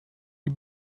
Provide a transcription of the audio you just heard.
die